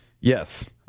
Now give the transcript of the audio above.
Yes